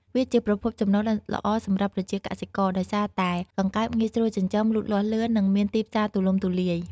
វាជាប្រភពចំណូលដ៏ល្អសម្រាប់ប្រជាកសិករ ដោយសារតែកង្កែបងាយស្រួលចិញ្ចឹម លូតលាស់លឿន និងមានទីផ្សារទូលំទូលាយ។